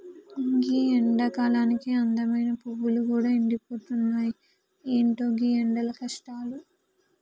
గీ ఎండకాలానికి అందమైన పువ్వులు గూడా ఎండిపోతున్నాయి, ఎంటో గీ ఎండల కష్టాలు